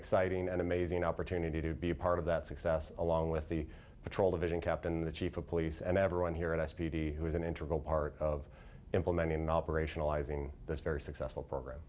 exciting and amazing opportunity to be a part of that success along with the patrol division captain the chief of police and everyone here and i speedy has an interval part of implementing operationalizing that's very successful program